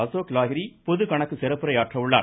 அசோக் லாகிரி பொது கணக்கு சிறப்புரை ஆற்ற உள்ளார்